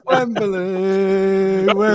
Wembley